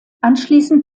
anschließend